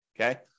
okay